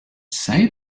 say